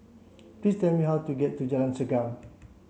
please tell me how to get to Jalan Segam